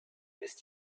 ist